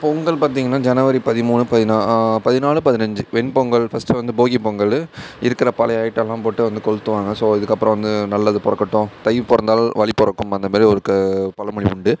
பொங்கல் பார்த்தீங்கன்னா ஜனவரி பதிமூணு பதினா பதினாலு பதினஞ்சு வெண்பொங்கல் ஃபஸ்ட்டு வந்து போகி பொங்கலு இருக்கிற பழைய ஐட்டமெலாம் போட்டு வந்து கொளுத்துவாங்க ஸோ இதுக்கப்புறம் வந்து நல்லது பிறக்கட்டும் தை பிறந்தால் வழி பிறக்கும் அந்தமாரி ஒரு க பலமொழி உண்டு